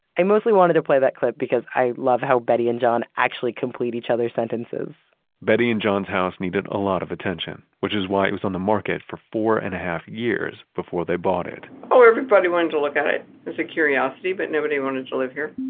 i mostly wanted to play that clip because i love how betty and john actually complete each other's sentences betty and john's house needed a lot of attention, which is why it was on the market for four and a half years before they bought it oh, everybody wanted to look at it as a curiosity, but nobody wanted to live here.